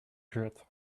jet